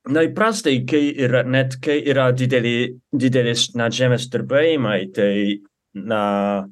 na įprastai kai yra net kai yra dideli didelis net žemės drebėjimai tai na